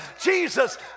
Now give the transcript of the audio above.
Jesus